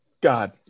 God